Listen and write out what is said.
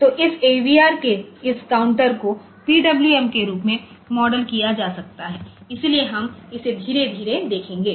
तो इस AVR के इस काउंटर को PWM के रूप में मॉडल किया जा सकता है इसलिए हम इसे धीरे धीरे देखेंगे